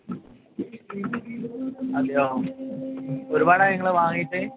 അതെയോ ഒരുപാടായോ നിങ്ങൾ വാങ്ങിയിട്ട്